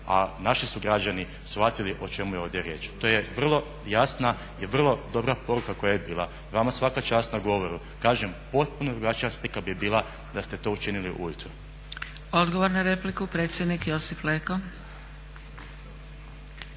a naši su građani shvatili o čemu je ovdje riječ. To je vrlo jasna i vrlo dobra poruka koja je bila. Vama svaka čast na govoru, kažem potpuna drugačija bi bila da ste to učinili ujutro. **Zgrebec, Dragica (SDP)** Odgovor na repliku predsjednik Josip Leko.